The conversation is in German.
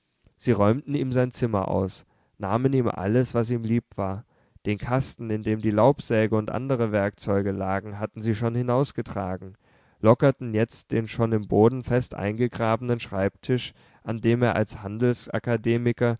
sie räumten ihm sein zimmer aus nahmen ihm alles was ihm lieb war den kasten in dem die laubsäge und andere werkzeuge lagen hatten sie schon hinausgetragen lockerten jetzt den schon im boden fest eingegrabenen schreibtisch an dem er als